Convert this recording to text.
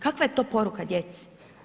Kakva je to poruka djeci?